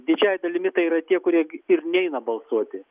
didžiąja dalimi tai yra tie kurie ir neina balsuoti